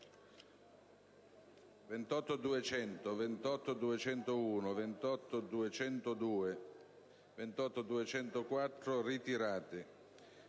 28.200, 28.201, 28.202, 28.204 e